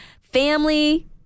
family